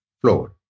floor